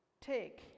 Take